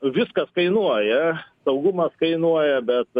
viskas kainuoja saugumas kainuoja bet